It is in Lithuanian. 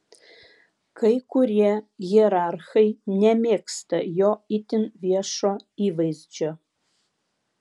kai kurie hierarchai nemėgsta jo itin viešo įvaizdžio